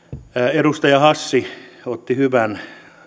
edustaja hassi otti hyvän